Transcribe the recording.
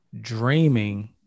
dreaming